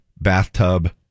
bathtub